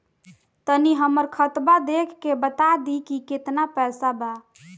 तनी हमर खतबा देख के बता दी की केतना पैसा बा?